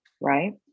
right